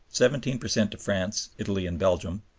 seventeen per cent to france, italy, and belgium,